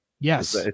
Yes